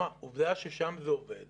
עובדה ששם זה עובד